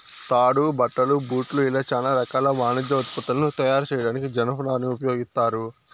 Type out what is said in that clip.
తాడు, బట్టలు, బూట్లు ఇలా చానా రకాల వాణిజ్య ఉత్పత్తులను తయారు చేయడానికి జనపనారను ఉపయోగిత్తారు